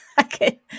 Okay